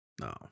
No